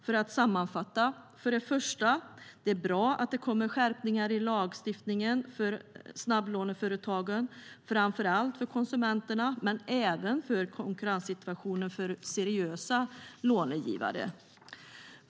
För att sammanfatta: För det första är det bra att det kommer skärpningar i lagstiftningen för snabblåneföretagen, framför allt för konsumenterna men även för konkurrenssituationen för seriösa långivare.